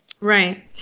Right